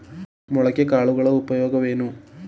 ಮೊಳಕೆ ಕಾಳುಗಳ ಉಪಯೋಗವೇನು?